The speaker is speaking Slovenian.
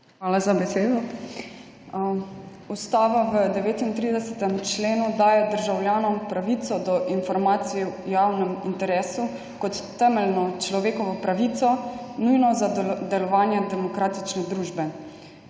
Hvala za besedo. Ustava v 39. členu daje državljanom pravico do informacije v javnem interesu kot temeljno človekovo pravico, nujno za delovanje demokratične družbe.